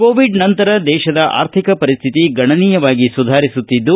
Covid ನಂತರ ದೇಶದ ಆರ್ಥಿಕ ಪರಿಸ್ತಿತಿ ಗಣನೀಯವಾಗಿ ಸುಧಾರಿಸುತ್ತಿದ್ದು